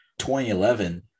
2011